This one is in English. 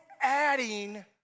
adding